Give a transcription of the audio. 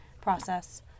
process